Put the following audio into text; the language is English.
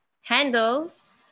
handles